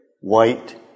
White